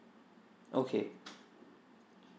okay